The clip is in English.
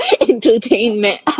entertainment